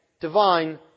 divine